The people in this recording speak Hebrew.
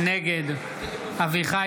נגד אביחי